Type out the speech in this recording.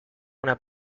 una